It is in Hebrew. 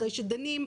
אחרי שדנים,